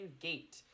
gate